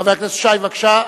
חבר הכנסת שי, בבקשה.